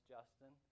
Justin